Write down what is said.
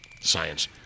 Science